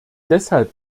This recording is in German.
deshalb